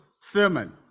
sermon